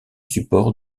supports